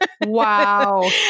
Wow